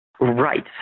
Right